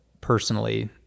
personally